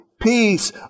peace